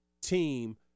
team